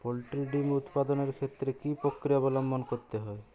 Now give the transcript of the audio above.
Poultry ডিম উৎপাদনের ক্ষেত্রে কি পক্রিয়া অবলম্বন করতে হয়?